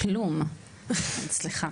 בכלום, סליחה.